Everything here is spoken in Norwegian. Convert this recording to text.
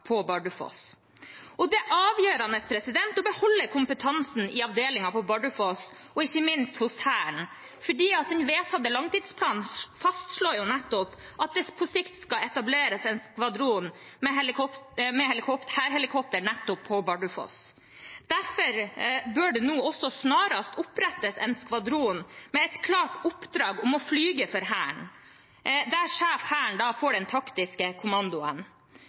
på Bardufoss. Det er avgjørende å beholde kompetansen i avdelingen på Bardufoss og ikke minst hos Hæren, for den vedtatte langtidsplanen fastslår at det på sikt skal etableres en skvadron med hærhelikoptre nettopp på Bardufoss. Derfor bør det nå snarest opprettes en skvadron med et klart oppdrag om å fly for Hæren, der sjef Hæren får den taktiske kommandoen.